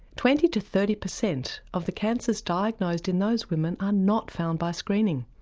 twenty to thirty percent of the cancers diagnosed in those women are not found by screening,